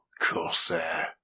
Corsair